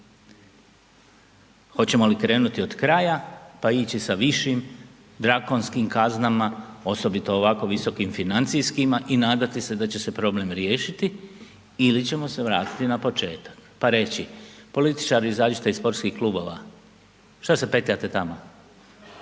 Hoćemo li krenuti od kraja pa ići sa višim drakonskim kaznama, osobito ovako visokim financijskima i nadati se da će se problem riješiti ili ćemo se vratiti na početak pa reći, političari, izađite iz sportskih klubova. Što se petljate tamo?